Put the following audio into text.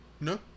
No